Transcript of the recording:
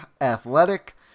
athletic